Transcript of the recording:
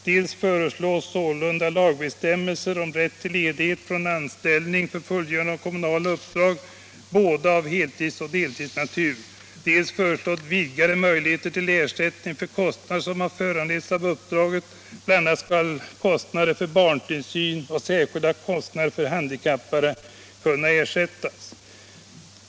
Dels föreslås sålunda lagbestämmelser om rätt till ledighet från anställning —- både av heltids och av deltidsnatur — för fullgörande av kommunala uppdrag, dels föreslås vidgade möjligheter till ersättning för kostnader som har föranletts av förtroendeuppdrag. Bl. a. skall kostnader för barntillsyn och särskilda kostnader för han dikappade kunna ersättas.